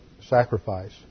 sacrifice